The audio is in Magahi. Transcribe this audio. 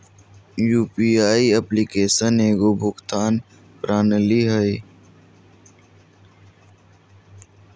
यू.पी.आई एप्लिकेशन एगो भुगतान प्रणाली हइ